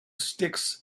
sticks